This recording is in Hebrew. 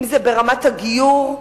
אם זה ברמת הגיור,